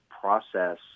process